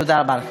תודה רבה לכם.